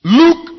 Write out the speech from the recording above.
look